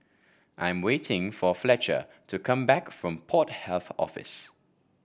I am waiting for Fletcher to come back from Port Health Office